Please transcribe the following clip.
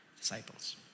disciples